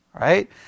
Right